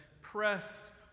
pressed